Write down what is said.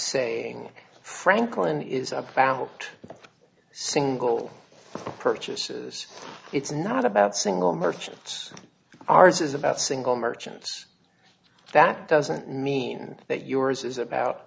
saying franklin is about single purchases it's not about single merchants ours is about single merchants that doesn't mean that yours is about